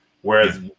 Whereas